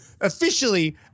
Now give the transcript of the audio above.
officially